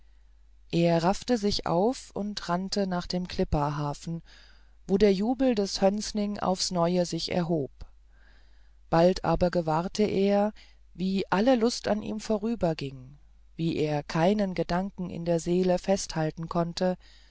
er raffte sich auf und rannte nach dem klippahafen wo der jubel des hönsnings aufs neue sich erhob aber bald gewahrte er wie alle lust an ihm vorüberging wie er keinen gedanken in der seele festhalten konnte